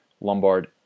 Lombard